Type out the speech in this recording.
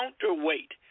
counterweight